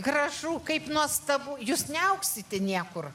gražu kaip nuostabu jūs neaugsite niekur